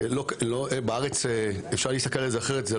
הארץ,